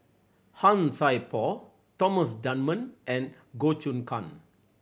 Han Sai Por Thomas Dunman and Goh Choon Kang